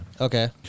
okay